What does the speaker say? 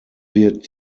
wird